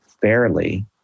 fairly